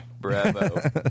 Bravo